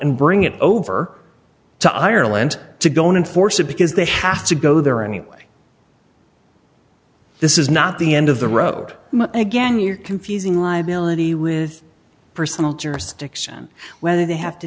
and bring it over to ireland to go in and force it because they have to go there anyway this is not the end of the road again you're confusing liability with personal jurisdiction whether they have to